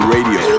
Radio